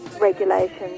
regulations